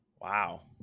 Wow